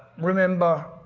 remember,